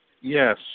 Yes